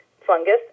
fungus